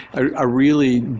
ah really